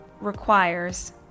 requires